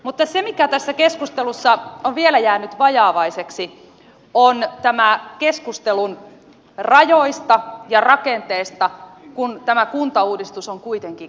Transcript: mutta se mikä tässä keskustelussa on vielä jäänyt vajavaiseksi on keskustelu rajoista ja rakenteesta kun tämä kuntauudistus on kuitenkin kokonaisuus